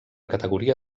categoria